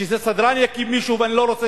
שאיזה סדרן יקים מישהו ואני לא רוצה